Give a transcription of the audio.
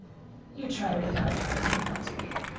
you try really hard to pretend not to be.